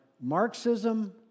Marxism